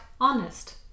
honest